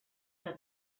que